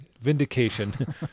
Vindication